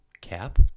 cap